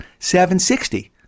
760